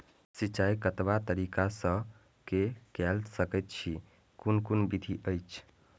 सिंचाई कतवा तरीका स के कैल सकैत छी कून कून विधि अछि?